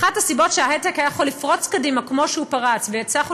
אחת הסיבות שהייטק היה יכול לפרוץ קדימה כמו שהוא פרץ והצלחנו